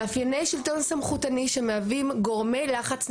מאפייני שלטון סמכותני שמהווים גורמי לחץ נפשי,